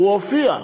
הוא הופיע.